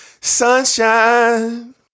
Sunshine